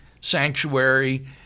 sanctuary